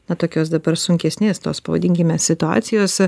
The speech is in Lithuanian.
na tokios dabar sunkesnės tos pavadinkime situacijos